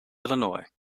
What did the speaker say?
illinois